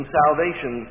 salvation